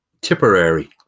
tipperary